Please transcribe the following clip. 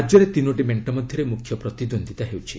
ରାଜ୍ୟରେ ତିନୋଟି ମେଣ୍ଟ ମଧ୍ୟରେ ମୁଖ୍ୟ ପ୍ରତିଦ୍ୱନ୍ଦ୍ୱିତା ହେଉଛି